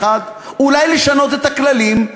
אולי לשנות את הכללים,